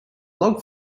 log